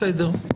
בסדר,